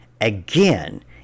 Again